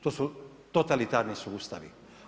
To su totalitarni sustavi.